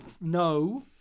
No